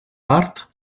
part